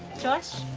josh,